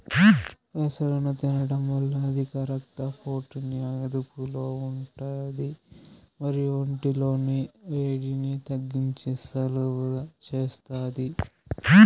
పెసలను తినడం వల్ల అధిక రక్త పోటుని అదుపులో ఉంటాది మరియు ఒంటి లోని వేడిని తగ్గించి సలువ చేస్తాది